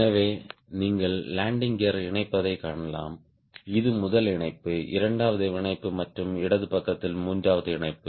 எனவே நீங்கள் landing gear இணைப்பைக் காணலாம் இது முதல் இணைப்பு இரண்டாவது இணைப்பு மற்றும் இடது பக்கத்தில் மூன்றாவது இணைப்பு